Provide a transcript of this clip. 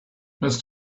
must